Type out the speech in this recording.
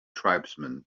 tribesmen